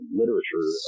literature